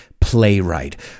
playwright